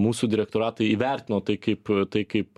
mūsų direktoratai įvertino tai kaip tai kaip